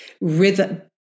rhythm